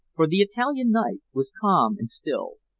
for the italian night was calm and still.